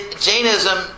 Jainism